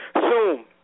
Zoom